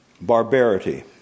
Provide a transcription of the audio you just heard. Barbarity